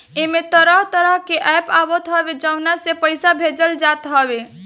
एमे तरह तरह के एप्प आवत हअ जवना से पईसा भेजल जात हवे